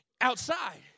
outside